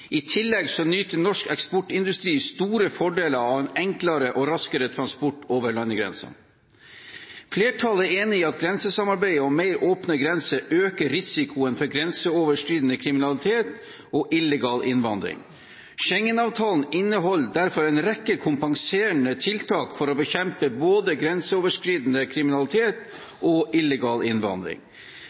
I tillegg nyter norsk eksportindustri store fordeler av en enklere og raskere transport over landegrensene. Flertallet er enig i at grensesamarbeidet og mer åpne grenser øker risikoen for grenseoverskridende kriminalitet og illegal innvandring. Schengen-avtalen inneholder derfor en rekke kompenserende tiltak for å bekjempe både grenseoverskridende kriminalitet og illegal innvandring.